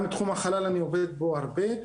גם תחום החלל אני עובד בו הרבה,